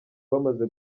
bamaze